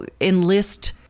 enlist